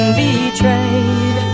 betrayed